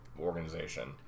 organization